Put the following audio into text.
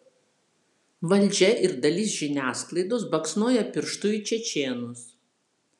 valdžia ir dalis žiniasklaidos baksnoja pirštu į čečėnus